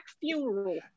funeral